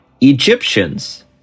Egyptians